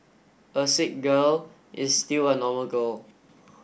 a sick girl is still a normal girl